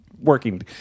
working